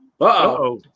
Uh-oh